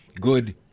good